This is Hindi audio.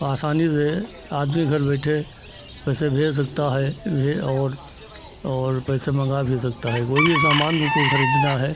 आसानी से आदमी घर बैठे पैसे भेज सकता है भी और और पैसे मँगा भी सकता है कोई भी सामान उनको खरीदना है